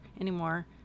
anymore